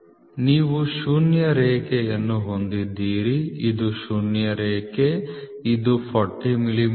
ನೀವು ಶೂನ್ಯ ರೇಖೆಯನ್ನು ಹೊಂದಿದ್ದೀರಿ ಇದು ಶೂನ್ಯ ರೇಖೆ ಇದು 40 ಮಿಲಿಮೀಟರ್